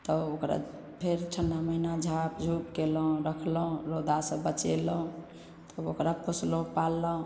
तऽ ओकरा फेर ठण्डा महिना झाँप झूप कयलहुँ रखलहुँ रौदा से बचेलहुँ तब ओकरा पोसलहुँ पाललहुँ